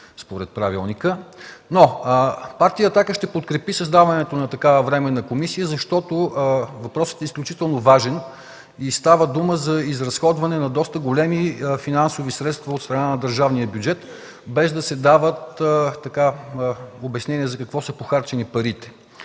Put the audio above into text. според правилника. Партия „Атака” ще подкрепи създаването на такава Временна комисия, защото въпросът е изключително важен и става дума за изразходване на доста големи финансови средства от страна на държавния бюджет, без да се дават обяснения за какво са похарчени парите.